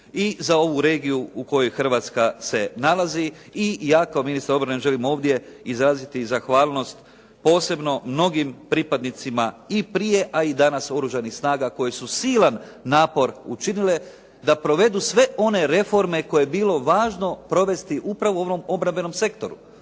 i za ovu regiju u kojoj Hrvatska se nalazi. I ja kao ministar obrane želim ovdje izraziti zahvalnost, posebno mnogim pripadnicima i prije a i danas u Oružanim snagama koje su silan napor učinile da provedu sve one reforme koje je bilo važno provesti upravo u onom obrambenom sektoru.